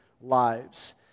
lives